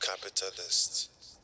capitalist